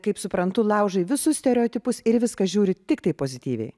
kaip suprantu laužai visus stereotipus ir į viską žiūri tiktai pozityviai